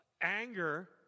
Anger